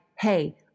Hey